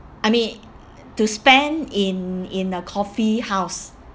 I mean to spend in in a coffee house